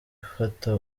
ufata